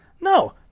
No